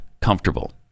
comfortable